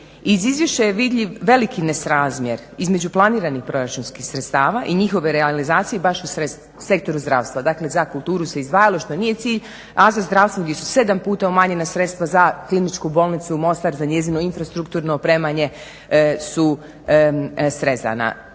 Iz izvješća je vidljiv veliki nesrazmjer između planiranih proračunskih sredstava i njihove realizacije baš u sektoru zdravstva. Dakle za kulturu se izdvajalo što nije cilj, a za zdravstvo gdje su 7 puta umanjena sredstva za kliničku bolnicu Mostar, za njezino infrastrukturno opremanje su srezana.